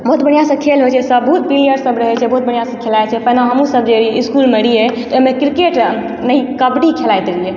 बहुत बढ़िआँसँ खेल होइ छै सब बहुत प्लेयर सब रहय छै बहुत बढ़िआँसँ खेलाइ छै पहिने हमहुँ सब जे रहियइ इसकुलमे रहियइ तऽ ओइमे क्रिकेट नही कबड्डी खेलाइत रहियइ